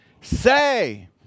Say